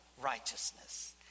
righteousness